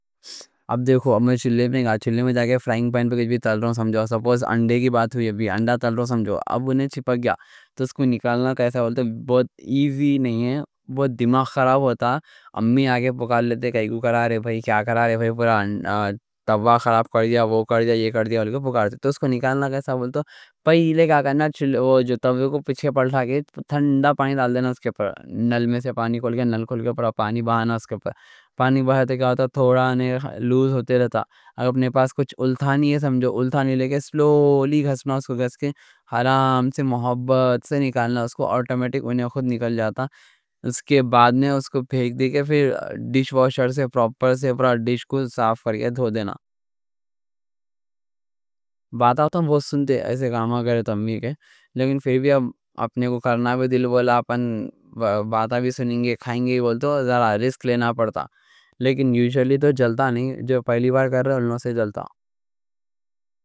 اب دیکھو، اب میں چولہے پہ جا کے فرائنگ پین پہ کچھ بھی تل رہا ہوں سمجھو، سپوس انڈے کی بات ہوئی، ابھی انڈا تل رہا ہوں سمجھو۔ اب انہیں چپک گیا تو اس کو نکالنا کیسا بولتے؟ بہت ایزی نہیں ہے، بہت دماغ خراب ہوتا۔ امی آگے پکار لیتے کہ ایک کو کر رہا ہے بھائی، کیا کر رہا ہے بھائی، پورا توّا خراب کر دیا، وہ کر دیا، یہ کر دیا، اور پکار دیا۔ تو اس کو نکالنا کیسا بولتے؟ پہلے توّا کو پیچھے پلٹا کے ٹھنڈا پانی ڈال دینا۔ اس کے پر نل میں سے پانی کھول گیا، نل کھول گیا، پھر پانی بہانا، اس کے پر پانی بہانا۔ تو کیا ہوتا، تھوڑا دیرے دیرے لوز ہوتے رہتا۔ اگر اپنے پاس کچھ التھانی ہے سمجھو، التھانی لے کے سلولی گھسنا، اس کو گھس کے آرام سے محبت سے نکالنا۔ آٹومیٹک ونیو خود نکل جاتا۔ اس کے بعد میں اس کو پھیک دی کے، پھر ڈِش واشر سے پروپر سے پورا ڈِش کو صاف کریے، دھو دینا۔ باتاں بہت سنتے، ایسے کاماں کرتے ہم بھی کے، لیکن پھر بھی اپنے کو کرنا بھی دل بولا، اپن باتاں بھی سنیں گے، کھائیں گے بولتاں، ذرا رسک لینا پڑتا۔ یوشیلی تو جلتا نہیں، جو پہلی بار کر رہے ہیں، انہوں سے جلتا۔